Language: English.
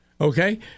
Okay